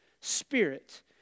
spirit